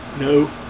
No